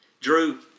Drew